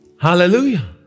Hallelujah